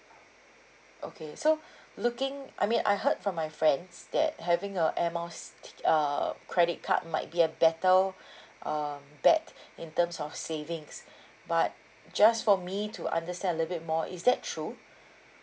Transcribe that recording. okay so looking I mean I heard from my friends that having a air miles tic~ uh credit card might be a better uh bet in terms of savings but just for me to understand a little bit more is that true